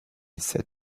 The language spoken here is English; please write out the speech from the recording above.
said